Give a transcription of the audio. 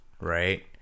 right